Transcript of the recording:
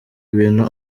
ibintu